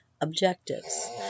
objectives